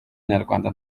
nyarwanda